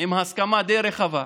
עם הסכמה די רחבה,